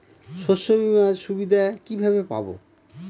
শস্যবিমার সুবিধা কিভাবে পাবো?